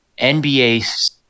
NBA